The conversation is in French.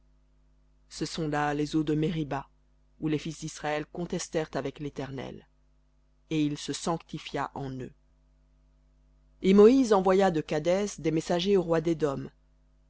ce sont là les eaux de meriba où les fils d'israël contestèrent avec l'éternel et il se sanctifia en eux et moïse envoya de kadès des messagers au roi d'édom